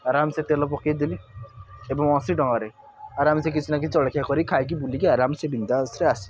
ଆରାମସେ ତେଲ ପକେଇଦେଲି ଏବଂ ଅଶୀ ଟଙ୍କାରେ ଆରାମସେ କିଛି ନା କିଛି ଜଳଖିଆ କରିକି ଖାଇ ବୁଲିକି ଆରାମସେ ବିନ୍ଦାସ୍ରେ ଆସିଲି